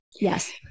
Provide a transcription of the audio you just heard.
Yes